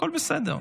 הכול בסדר.